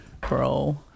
bro